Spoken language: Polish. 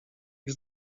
ich